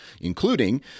including